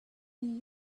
new